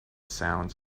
sound